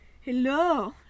Hello